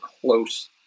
close